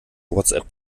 whatsapp